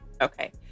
okay